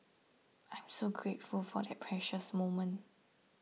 I'm so grateful for that precious moment